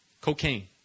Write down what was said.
cocaine